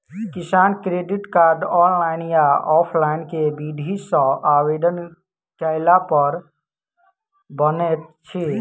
किसान credit card, online या offline केँ विधि सँ आवेदन कैला पर बनैत अछि?